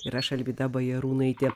ir aš alvyda bajarūnaitė